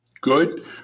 Good